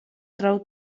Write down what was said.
trau